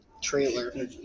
trailer